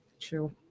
True